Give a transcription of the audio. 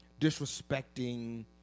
disrespecting